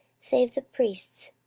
save the priests,